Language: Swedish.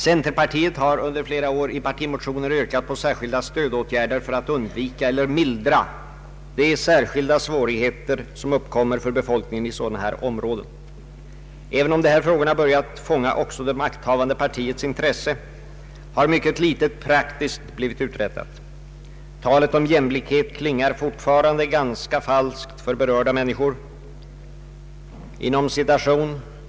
Centerpartiet har under flera år i partimotioner yrkat på särskilda stödåtgärder för att undvika eller mildra de särskilda svårigheter som uppkommer för befolkningen i sådana områden. även om de här frågorna börjat fånga också det makthavande partiets intresse har mycket litet praktiskt blivit uträttat. Talet om jämlikhet klingar fortfarande ganska falskt för berörda människor.